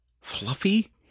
fluffy